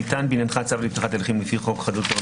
ניתן בעניינך צו לפתיחת הליכים לפי חוק חדלות פירעון